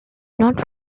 not